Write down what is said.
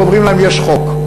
ואומרים להם: יש חוק.